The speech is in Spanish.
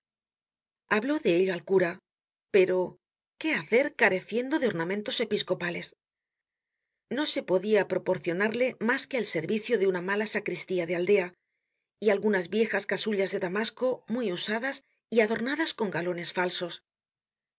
habló de ello al cura pero qué hacer careciendo de ornamentos episcopales no se podia proporcionarle mas que el servicio de una mala sacristía de aldea y algunas viejas casullas de damasco muy usadas y adornadas con galones falsos